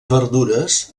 verdures